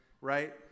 right